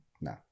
No